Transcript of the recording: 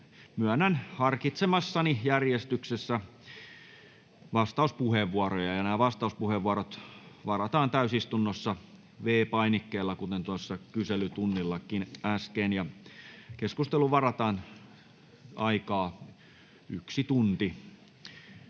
myönnän harkitsemassani järjestyksessä vastauspuheenvuoroja. Vastauspuheenvuorot varataan täysistunnossa V-painikkeella, kuten tuossa kyselytunnillakin äsken. Keskusteluun varataan aikaa yksi tunti.